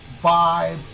vibe